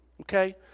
okay